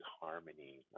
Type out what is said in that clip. Harmony